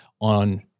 on